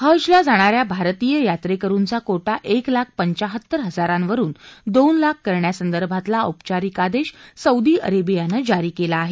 हजला जाणाऱ्या भारतीय यात्रेकरूंचा कोटा एक लाख पंचाहत्तर हजारांवरून दोन लाख करण्यासंदर्भातला औपचारिक आदेश सौदी अरेबियानं जारी केला आहे